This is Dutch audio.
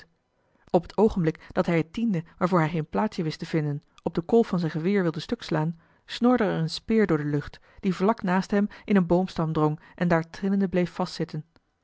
op het oogenblik dat hij het tiende waarvoor hij geen plaatsje wist te vinden op den kolf van zijn geweer wilde stuk slaan snorde er eene speer door de lucht die vlak naast hem in een boomstam drong en daar trillende bleef